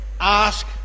ask